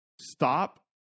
stop